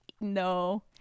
no